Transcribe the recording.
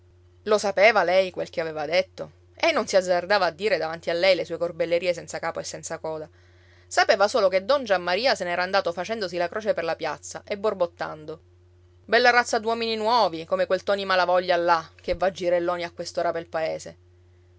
lo sapeva lei quel che aveva detto ei non si azzardava a dire davanti a lei le sue corbellerie senza capo e senza coda sapeva solo che don giammaria se n'era andato facendosi la croce per la piazza e borbottando bella razza d'uomini nuovi come quel ntoni malavoglia là che va girelloni a quest'ora pel paese